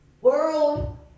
World